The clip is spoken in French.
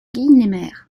guynemer